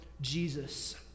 Jesus